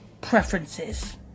preferences